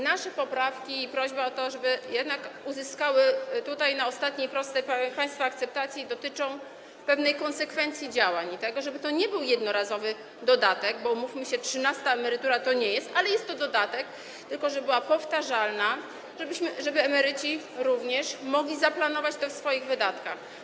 Nasze poprawki - prośba o to, żeby jednak uzyskały one tutaj, na ostatniej prostej, państwa akceptację - dotyczą pewnej konsekwencji działań, tego, żeby to nie był jednorazowy dodatek, bo, umówmy się, trzynasta emerytura to nie jest, ale jest to dodatek, tylko żeby był on powtarzalny, żeby emeryci mogli zaplanować to w swoich wydatkach.